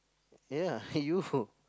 ya you